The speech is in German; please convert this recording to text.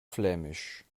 flämisch